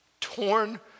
torn